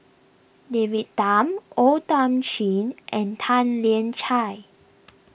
David Tham O Thiam Chin and Tan Lian Chye